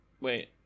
Wait